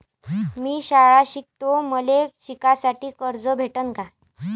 मी शाळा शिकतो, मले शिकासाठी कर्ज भेटन का?